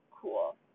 cool